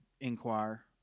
inquire